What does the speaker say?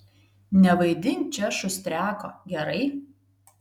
nevaidink čia šustriako gerai